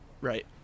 right